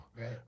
right